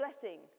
blessing